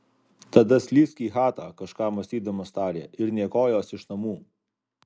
tada slysk į chatą kažką mąstydamas tarė ir nė kojos iš namų